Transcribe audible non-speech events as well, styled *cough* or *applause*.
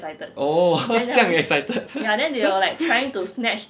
oh *laughs* 这样也 excited *laughs*